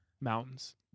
mountains